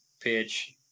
pitch